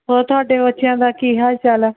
ਹੋਰ ਤੁਹਾਡੇ ਬੱਚਿਆਂ ਦਾ ਕੀ ਹਾਲ ਚਾਲ ਹੈ